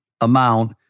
amount